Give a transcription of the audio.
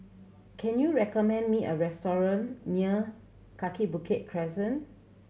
can you recommend me a restaurant near Kaki Bukit Crescent